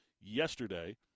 yesterday